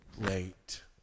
late